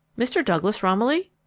mr. douglas romilly?